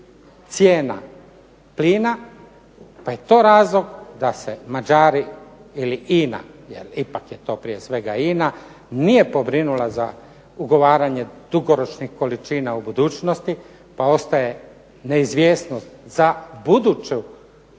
cijena plina, pa je to razlog da se Mađari ili INA jer ipak je to prije svega INA nije pobrinula za ugovaranje dugoročnih količina u budućnosti, pa ostaje neizvjesnost za buduće